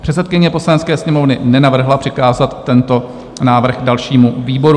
Předsedkyně Poslanecké sněmovny nenavrhla přikázat tento návrh dalšímu výboru.